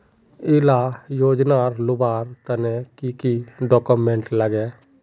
इला योजनार लुबार तने की की डॉक्यूमेंट लगे?